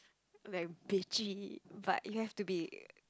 like bitchy but you have to be